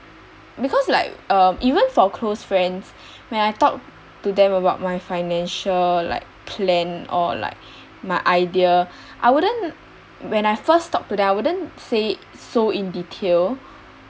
because like uh even for close friends when I talk to them about my financial like plan or like my idea I wouldn't when I first talk to them I wouldn't say so in detail